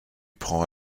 prend